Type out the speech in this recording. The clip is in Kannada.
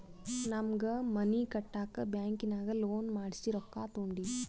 ನಮ್ಮ್ಗ್ ಮನಿ ಕಟ್ಟಾಕ್ ಬ್ಯಾಂಕಿನಾಗ ಲೋನ್ ಮಾಡ್ಸಿ ರೊಕ್ಕಾ ತೊಂಡಿವಿ